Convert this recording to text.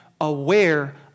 aware